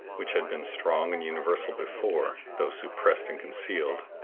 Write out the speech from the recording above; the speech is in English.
which had been strong and universal before, though suppressed and concealed,